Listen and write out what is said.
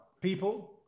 people